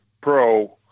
pro